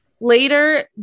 later